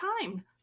time